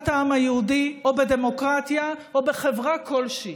העם היהודי או בדמוקרטיה או בחברה כלשהי.